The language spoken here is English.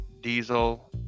Diesel